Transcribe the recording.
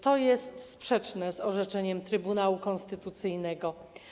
To jest sprzeczne z orzeczeniem Trybunału Konstytucyjnego.